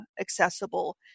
accessible